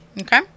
Okay